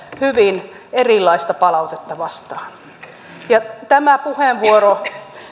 hyvin erilaista palautetta vastaan tämä puheenvuoro